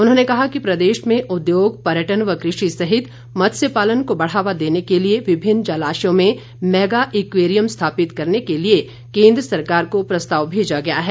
उन्होंने कहा कि प्रदेश में उद्योग पर्यटन व कृषि सहित मत्स्य पालन को बढ़ावा देने के लिए विभिन्न जलाशयों में मैगा एक्यूरियम स्थापित करने के लिए केंद्र सरकार को प्रस्ताव भेजा गया है